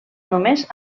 només